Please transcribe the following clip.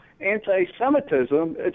anti-Semitism